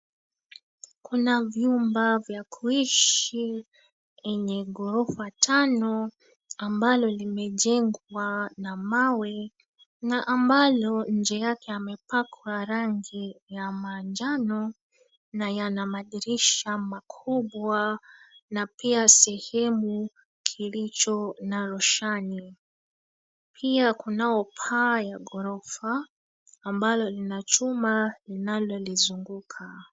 Kuna vyumba vya kuishi enye ghorofa tano ambalo limejengwa na mawe na ambalo nje yake amepakwa rangi ya manjano na yana madirisha makubwa na pia sehemu kilicho na roshani. Pia kunao paa ya ghorofa ambalo lina chuma linalolizunguka.